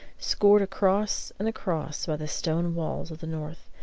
scored across and across by the stone walls of the north,